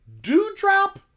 Dewdrop